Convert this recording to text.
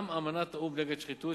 גם אמנת האו"ם נגד שחיתות,